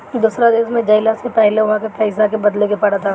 दूसरा देश में जइला से पहिले उहा के पईसा के बदले के पड़त हवे